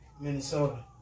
Minnesota